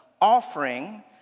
offering